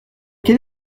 quel